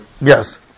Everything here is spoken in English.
Yes